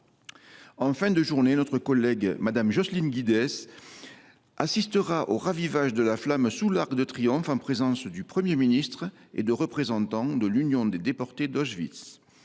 En fin de journée, notre collègue Jocelyne Guidez assistera au ravivage de la flamme sous l’Arc de Triomphe en présence du Premier ministre et de représentants de l’Union des déportés d’Auschwitz.